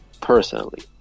Personally